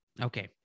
Okay